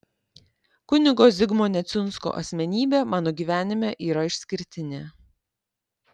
kunigo zigmo neciunsko asmenybė mano gyvenime yra išskirtinė